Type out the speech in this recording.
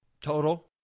Total